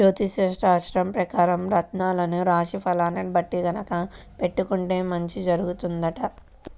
జ్యోతిష్యశాస్త్రం పెకారం రత్నాలను రాశి ఫలాల్ని బట్టి గనక పెట్టుకుంటే మంచి జరుగుతుందంట